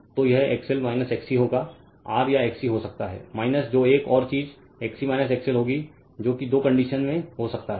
तो यह XL XC होगा R या XC हो सकता है जो एक और चीज XC XL होगी जो की दो कंडीशन में हो सकता है